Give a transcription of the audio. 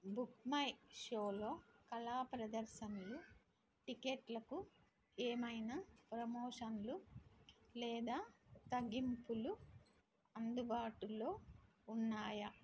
బుక్మైషోలో కళా ప్రదర్శనలు టికెట్లకు ఏమైనా ప్రమోషన్లు లేదా తగ్గింపులు అందుబాటులో ఉన్నాయా